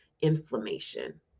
inflammation